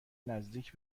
نزدیک